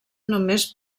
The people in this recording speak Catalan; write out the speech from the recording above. només